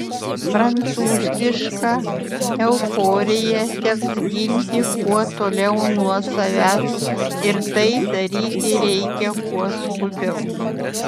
prancūzišką euforiją teks ginti kuo toliau nuo savęs ir tai daryti reikia kuo skubiau